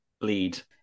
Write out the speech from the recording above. lead